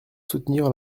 soutenir